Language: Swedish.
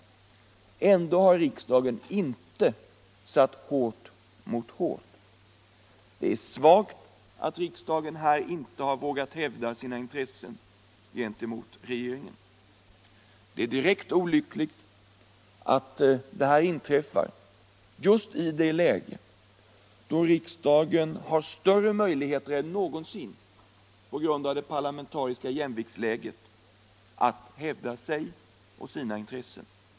Men ändå har riksdagen inte satt hårt mot hårt. Det är svagt att riksdagen här inte har vågat hävda sina intressen gentemot regeringen, och det är direkt bedrövligt att detta inte sker nu, när riksdagen på grund av det parlamentariska jämviktsläget har större möjligheter än någon gång i modern tid att hävda sina intressen.